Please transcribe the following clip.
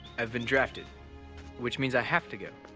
i've been drafted which means i have to go,